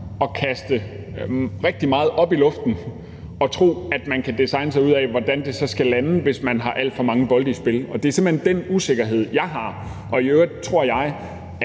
at kaste rigtig meget op i luften og så tro, at man kan designe sig ud af, hvordan det så skal lande igen, hvis man har alt for mange bolde i spil. Det er simpelt hen den usikkerhed, jeg har. Og i øvrigt tror jeg,